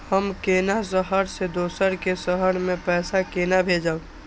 हम केना शहर से दोसर के शहर मैं पैसा केना भेजव?